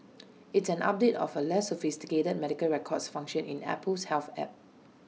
it's an update of A less sophisticated medical records function in Apple's health app